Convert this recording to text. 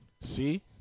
See